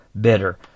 bitter